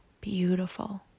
beautiful